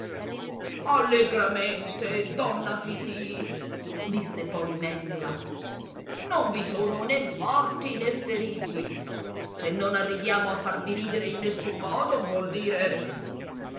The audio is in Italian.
allegramente donna fifì disse poi mèndola non vi sono né morti né feriti se non arriviamo a farvi ridere in nessun modo vuol dire